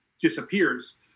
disappears